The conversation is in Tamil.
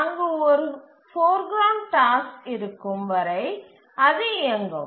அங்கு ஒரு போர் கிரவுண்ட் டாஸ்க் இருக்கும் வரை அது இயங்கும்